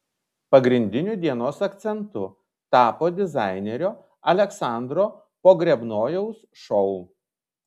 pagrindiniu dienos akcentu tapo dizainerio aleksandro pogrebnojaus šou